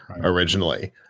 originally